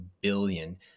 billion